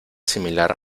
similar